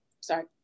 sorry